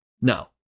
No